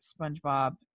spongebob